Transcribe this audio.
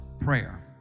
prayer